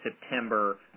September